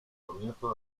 comienzo